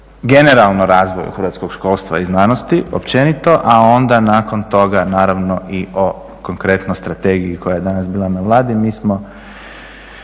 generalno razvoju hrvatskog školstva i znanosti općenito, a onda nakon toga naravno i o konkretno strategiji koja je danas bila na Vladi. Mi smo